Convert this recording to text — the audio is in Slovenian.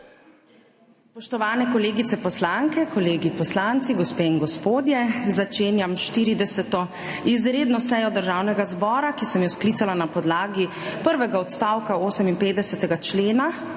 Spoštovani kolegice poslanke, kolegi poslanci, gospe in gospodje! Začenjam 40. izredno sejo Državnega zbora, ki sem jo sklicala na podlagi prvega odstavka 58. člena